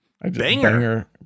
banger